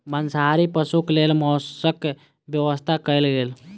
मांसाहारी पशुक लेल मौसक व्यवस्था कयल गेल